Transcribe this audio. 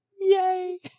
Yay